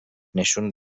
نشون